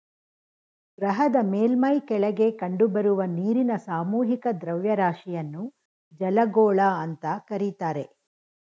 ಗ್ರಹದ ಮೇಲ್ಮೈ ಕೆಳಗೆ ಕಂಡುಬರುವ ನೀರಿನ ಸಾಮೂಹಿಕ ದ್ರವ್ಯರಾಶಿಯನ್ನು ಜಲಗೋಳ ಅಂತ ಕರೀತಾರೆ